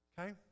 Okay